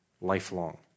lifelong